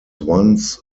once